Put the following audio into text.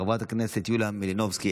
חברת הכנסת יוליה מלינובסקי,